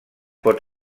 pot